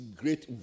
great